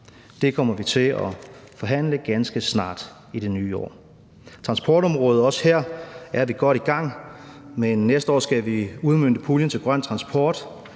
Det kommer vi til at forhandle ganske snart i det nye år. Hvad angår transportområdet, er vi også godt i gang. Men næste år skal vi udmønte puljen til grøn transport.